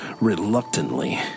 reluctantly